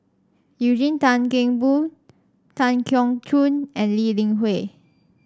Eugene Tan Kheng Boon Tan Keong Choon and Lee Li Hui